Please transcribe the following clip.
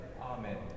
Amen